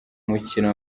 mukino